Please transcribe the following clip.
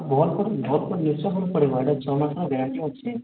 ନିଶ୍ଚୟ ଭଲ ପଡ଼ିବ ଏଇଟା ଛଅ ମାସର ଗ୍ୟାରେଣ୍ଟି ଅଛି